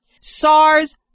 SARS